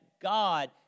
God